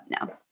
no